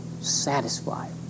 satisfied